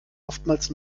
oftmals